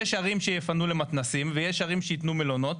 יש ערים שיפנו למתנ"סים, ויש ערים שיתנו מלונות.